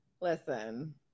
Listen